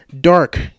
Dark